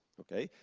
okay,